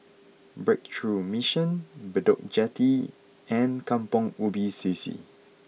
Breakthrough Mission Bedok Jetty and Kampong Ubi C C